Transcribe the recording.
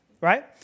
right